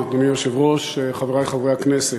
אדוני היושב-ראש, גברתי השרה, חברי חברי הכנסת,